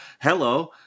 hello